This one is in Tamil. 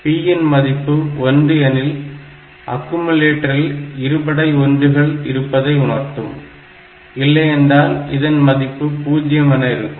P இன் மதிப்பு 1 எனில் அக்குமுலேட்டரில் இருபடை ஒன்றுகள் இருப்பதை உணர்த்தும் இல்லையென்றால் இதன் மதிப்பு 0 என இருக்கும்